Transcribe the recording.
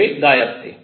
वे गायब थे